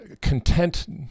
content